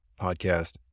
podcast